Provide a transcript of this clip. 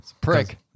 Prick